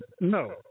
No